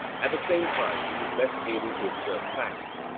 at the same time he is less able to observe facts,